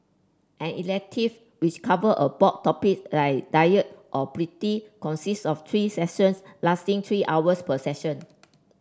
an elective which cover a broad topics like diet or pretty consists of three sessions lasting three hours per session